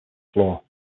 floor